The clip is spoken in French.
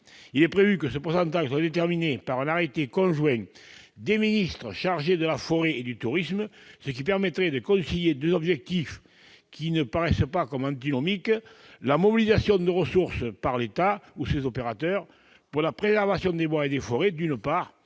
Il est prévu que ce pourcentage soit déterminé par un arrêté conjoint des ministres chargés de la forêt et du tourisme, ce qui permettrait de concilier deux objectifs ne paraissant pas antinomiques : la mobilisation de ressources suffisantes par l'État, ou ses opérateurs, pour la préservation des bois et des forêts, d'une part,